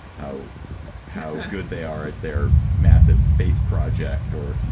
how how good they are at their massive space project, or,